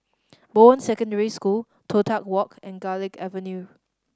Bowen Secondary School Toh Tuck Walk and Garlick Avenue